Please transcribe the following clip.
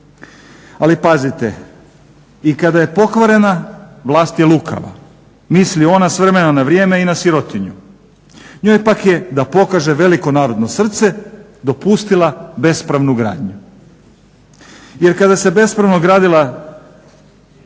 Ali pazite, i kada je pokvarena vlast je lukava. Misli ona s vremena i na vrijeme i na sirotinju. Njoj pak je da pokaže veliko narodno srce dopustila bespravnu gradnju, jer kada je bespravno gradila